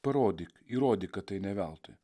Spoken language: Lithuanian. parodyk įrodyk kad tai ne veltui